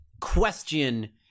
question